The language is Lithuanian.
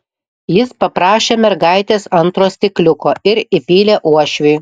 jis paprašė mergaitės antro stikliuko ir įpylė uošviui